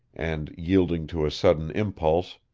and, yielding to a sudden impulse,